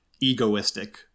egoistic